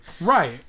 Right